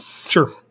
sure